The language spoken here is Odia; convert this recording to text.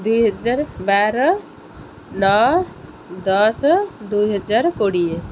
ଦୁଇହଜାର ବାର ନଅ ଦଶ ଦୁଇ ହଜାର କୋଡ଼ିଏ